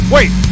Wait